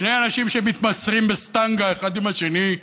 שני אנשים שמתמסרים בסטנגה אחד עם השני,